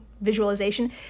visualization